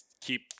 keep